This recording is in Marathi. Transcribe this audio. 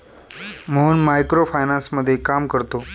मोहन मायक्रो फायनान्समध्ये काम करतो